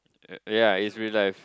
yea it's relive